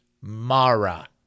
Mara